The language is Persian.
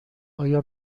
آیا